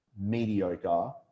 mediocre